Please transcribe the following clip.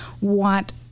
want